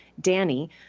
Danny